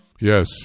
Yes